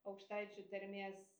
aukštaičių tarmės